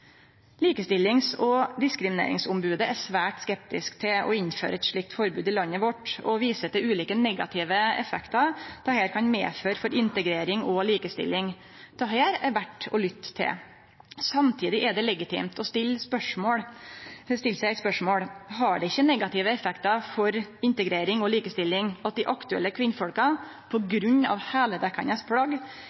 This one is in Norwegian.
Likestillings- og diskrimineringsombudet er svært skeptisk til å innføre eit slikt forbod i landet vårt og viser til ulike negative effektar det kan få for integrering og likestilling. Det er det verdt å lytte til. Samtidig er det legitimt å stille seg eit spørsmål: Har det ikkje negative effektar for integrering og likestilling at dei aktuelle kvinnfolka på grunn av heildekkjande plagg